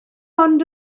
ond